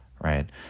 Right